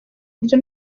buryo